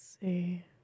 See